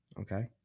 Okay